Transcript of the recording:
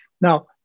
Now